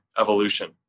evolution